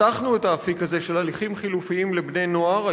פתחנו את האפיק הזה של הליכים חלופיים לבני-נוער.